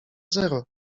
zero